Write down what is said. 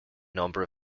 number